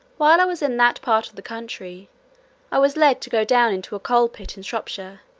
while i was in that part of the country i was led to go down into a coal-pit in shropshire,